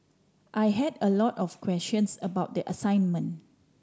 I had a lot of questions about the assignment